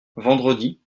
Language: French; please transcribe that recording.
vendredi